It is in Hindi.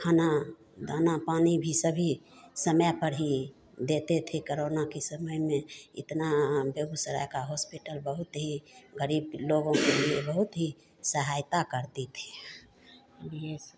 खाना दाना पानी भी सभी समय पर ही देते थे करोना की समय में इतना बेगूसराय का होस्पिटल बहुत ही गरीब लोगो के लिए बहुत ही सहायता करती थी बिघ्नेश